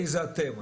זה אתם.